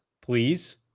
please